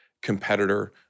competitor